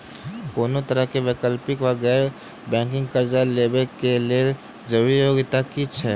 कोनो तरह कऽ वैकल्पिक वा गैर बैंकिंग कर्जा लेबऽ कऽ लेल जरूरी योग्यता की छई?